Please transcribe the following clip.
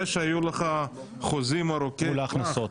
זה שהיו לך חוזים ארוכי טווח,